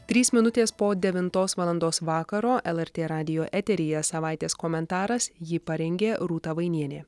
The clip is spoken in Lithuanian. trys minutės po devintos valandos vakaro lrt radijo eteryje savaitės komentaras jį parengė rūta vainienė